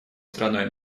страной